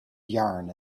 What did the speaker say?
yarn